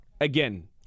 Again—